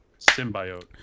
Symbiote